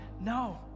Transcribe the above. no